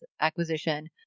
acquisition